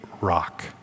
rock